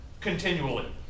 continually